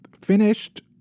finished